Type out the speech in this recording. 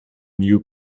new